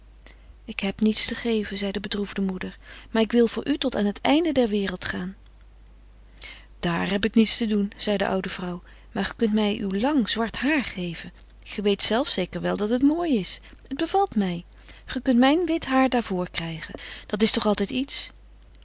ik heb niets te geven zei de bedroefde moeder maar ik wil voor u tot aan het einde der wereld gaan daar heb ik niets te doen zei de oude vrouw maar ge kunt mij uw lang zwart haar geven ge weet zelf zeker wel dat het mooi is het bevalt mij ge kunt mijn wit haar daarvoor krijgen dat is toch altijd iets